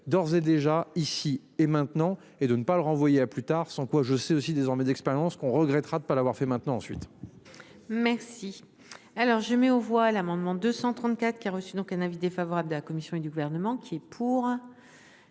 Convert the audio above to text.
D'ores et déjà ici et maintenant, et de ne pas le renvoyer à plus tard, sans quoi je sais aussi désormais d'expérience qu'on regrettera de pas l'avoir fait, maintenant ensuite. Merci. Alors je mets aux voix l'amendement 234 qui a reçu donc un avis défavorable de la Commission et du gouvernement qui est pour.